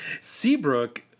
Seabrook